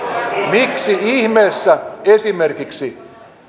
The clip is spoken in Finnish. miksi ihmeessä ei käy esimerkiksi